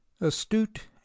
Astute